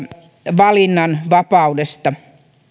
valinnanvapaudesta